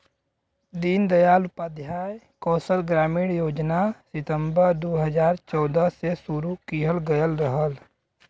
दीन दयाल उपाध्याय कौशल ग्रामीण योजना सितम्बर दू हजार चौदह में शुरू किहल गयल रहल